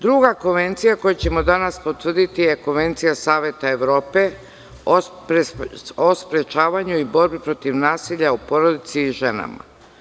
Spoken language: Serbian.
Druga konvencija koju ćemo danas potvrditi je Konvencija Saveta Evrope o sprečavanju i borbi protiv nasilja u porodici i ženama.